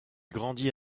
grandit